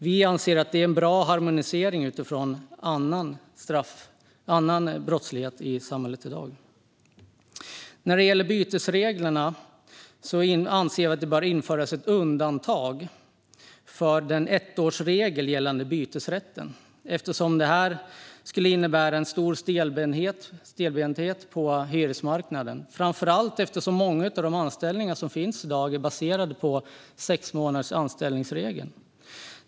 Vi anser att det är en bra harmonisering utifrån annan brottslighet i samhället i dag. När det gäller bytesreglerna anser vi att det bör införas ett undantag från ettårsregeln gällande bytesrätten, eftersom den skulle innebära en stor stelbenthet på hyresmarknaden framför allt eftersom många av de anställningar som finns i dag är baserade på regeln om sex månaders anställning.